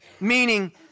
Meaning